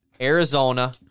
Arizona